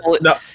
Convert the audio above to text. no